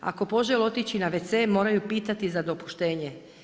Ako požele otići na wc moraju pitati za dopuštenje.